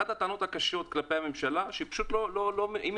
אחת הטענות הקשות כלפי הממשלה שהיא פשוט מנותקת.